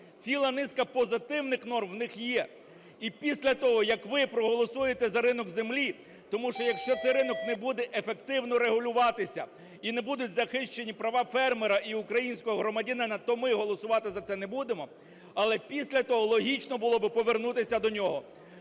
ціла низка позитивних норм у них є. І після того, як ви проголосуєте за ринок землі, тому що, якщо цей ринок не буде ефективно регулюватися і не будуть захищені права фермера і українського громадянина, то ми голосувати за це не будемо. Але після того, логічно було б повернутися до нього.